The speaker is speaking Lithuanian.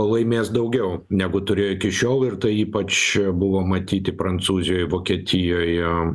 laimės daugiau negu turėjo iki šiol ir tai ypač buvo matyti prancūzijoj vokietijoje